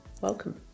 Welcome